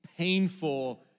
painful